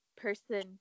person